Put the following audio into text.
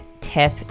tip